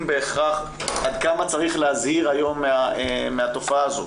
בהכרח עד כמה צריך להזהיר היום מהתופעה הזו.